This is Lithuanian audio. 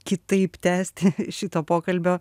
kitaip tęsti šito pokalbio